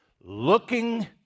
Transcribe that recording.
looking